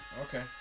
okay